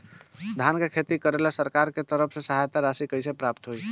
धान के खेती करेला सरकार के तरफ से सहायता राशि कइसे प्राप्त होइ?